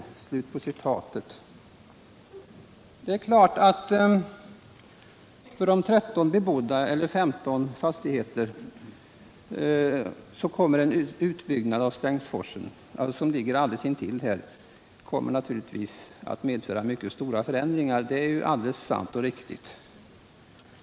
För de 15 fastigheterna som ligger alldeles intill kommer en utbyggnad i Strängsforsen att medföra mycket stora förändringar, det är sant och riktigt.